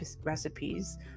recipes